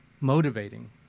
motivating